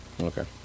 Okay